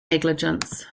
negligence